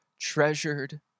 treasured